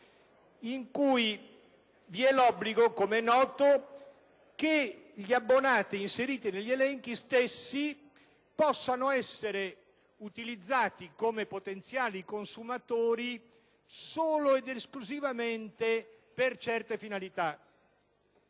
come è noto, impone che gli abbonati inseriti negli elenchi stessi possano essere utilizzati come potenziali consumatori solo ed esclusivamente per certe finalità.